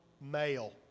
male